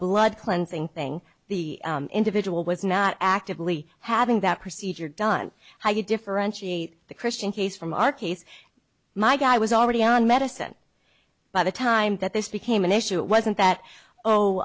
blood cleansing thing the individual was not actively having that procedure done to differentiate the christian case from our case my guy was already on medicine by the time that this became an issue it wasn't that